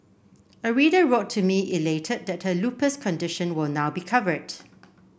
a reader wrote to me elated that her lupus condition will now be covered